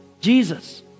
Jesus